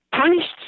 Priests